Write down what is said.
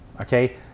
Okay